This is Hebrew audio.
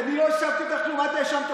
אני לא האשמתי אותך